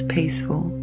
peaceful